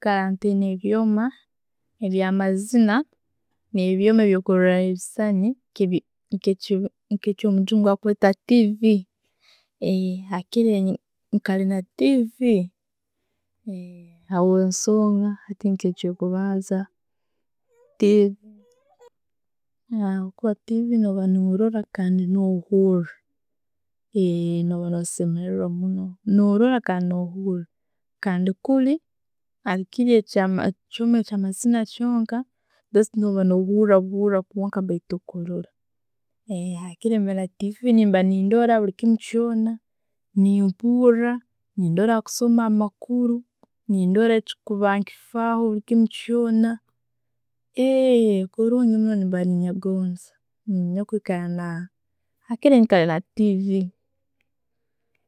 Nkara ntaina ebyoma, ebyamazina nebyoma byo kuroraho ebisaani nkeki nkeki omujungu kyakweta TV, hakiri nekara na TV, habwensonga hati nka ekyokubanza, TV orba no rola kandi no hura, no rora no semererwa munno, no rora kandi no ba no'hura. Kandi kinu ekyoma ekya ekyamazina kyonka, just no hurabuhura kwonka hakili mba na TV nendora bulikimu kyona. Nempura, nendora kusoma amakuru, nendora echikuba nekifaho kinu kyona, nyowe kwikara nenegonza hakili nikara na TV.